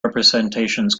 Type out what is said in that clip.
representations